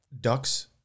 ducks